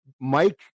Mike